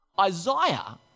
Isaiah